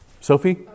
Sophie